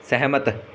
ਸਹਿਮਤ